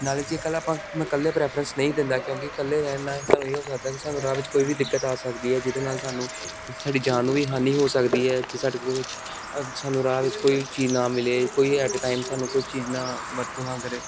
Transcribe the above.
ਨਾਲੇ ਜੇ ਕੱਲ ਆਪਾਂ ਮੈਂ ਇਕੱਲੇ ਪ੍ਰੈਫਰੈਂਸ ਨਹੀਂ ਦਿੰਦਾ ਕਿਉਂਕਿ ਇਕੱਲੇ ਰਹਿਣ ਨਾਲ ਸਾਨੂੰ ਇਹ ਹੋ ਸਕਦਾ ਕਿ ਸਾਨੂੰ ਰਾਹ ਵਿੱਚ ਕੋਈ ਵੀ ਦਿੱਕਤ ਆ ਸਕਦੀ ਹੈ ਜਿਹਦੇ ਨਾਲ ਸਾਨੂੰ ਸਾਡੀ ਜਾਨ ਨੂੰ ਵੀ ਹਾਨੀ ਹੋ ਸਕਦੀ ਹੈ ਜੇ ਸਾਡੇ ਕੋਲ ਸਾਨੂੰ ਰਾਹ ਵਿੱਚ ਕੋਈ ਚੀਜ਼ ਨਾ ਮਿਲੇ ਕੋਈ ਐਟ ਏ ਟਾਈਮ ਸਾਨੂੰ ਕੋਈ ਚੀਜ਼ ਨਾ ਵਰਤੋਂ ਨਾ ਕਰੇ